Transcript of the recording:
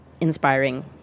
inspiring